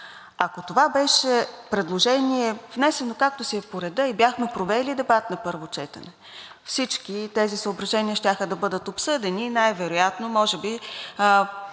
Ако това беше предложение, внесено както си е по реда и бяхме провели дебат на първо четене, всички тези съображения щяха да бъдат обсъдени и най-вероятно може би